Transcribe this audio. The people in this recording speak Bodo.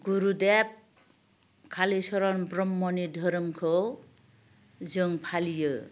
गुरुदेब कालिचरन ब्रह्मनि धोरोमखौ जों फालियो